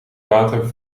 water